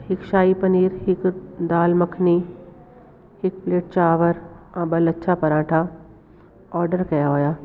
हिकु शाही पनीर हिकु दाल मखनी हिक प्लेट चांवर ऐं ॿ लच्छा परांठा ऑडर कया हुआ